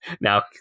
now